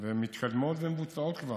והן מתקדמות ומבוצעות כבר.